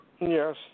Yes